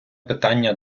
питання